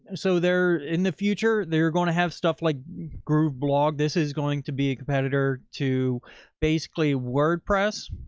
so they're in the future. they're going to have stuff like groove, blog. this is going to be a competitor to basically wordpress.